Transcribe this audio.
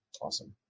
Awesome